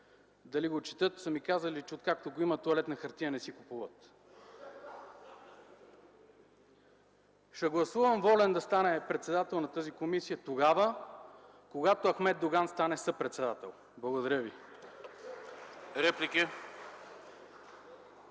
дали го четат, са ми казали, че откакто го има – тоалетна хартия не си купуват. Ще гласувам Волен да стане председател на тази комисия тогава, когато Ахмед Доган стане съпредседател. Благодаря ви.